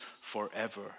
forever